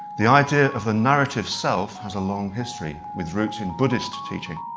the idea of a narrative self has a long history with roots in buddhist teaching.